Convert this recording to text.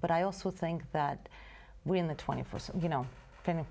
but i also think that we in the twenty first you know